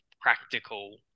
practical